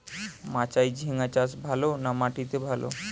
মাচায় ঝিঙ্গা চাষ ভালো না মাটিতে ভালো?